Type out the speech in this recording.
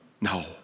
No